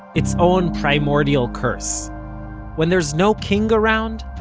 its own primordial curse when there's no king around,